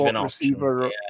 receiver